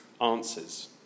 answers